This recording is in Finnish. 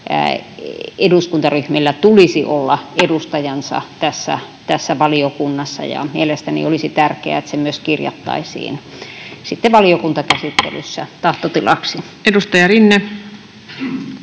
eduskuntaryhmillä tulisi olla edustajansa tässä valiokunnassa, ja mielestäni olisi tärkeää, että se myös kirjattaisiin sitten valiokuntakäsittelyssä tahtotilaksi. [Speech 99]